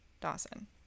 Dawson